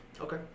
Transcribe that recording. Okay